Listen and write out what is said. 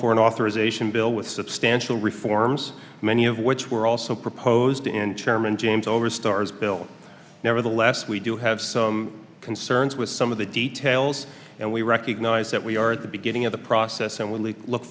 an authorization bill with substantial reforms many of which were also proposed in chairman james oberstar as bill nevertheless we do have some concerns with some of the details and we recognize that we are at the beginning of the process and when we look